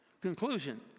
Conclusion